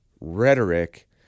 rhetoric